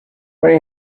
when